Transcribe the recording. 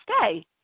stay